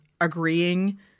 agreeing